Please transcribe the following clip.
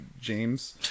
James